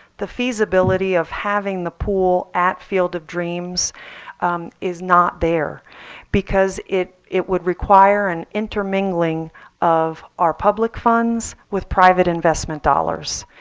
the feasibility of having the pool at field of dreams is not there because it it would require an intermingling of our public funds with private investment dollars.